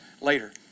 later